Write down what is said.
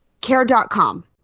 Care.com